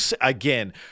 again